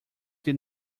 did